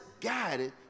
guided